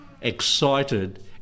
Excited